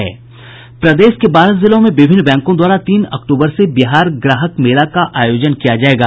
प्रदेश के बारह जिलों में विभिन्न बैंकों द्वारा तीन अक्टूबर से बिहार ग्राहक मेला का आयोजन किया जायेगा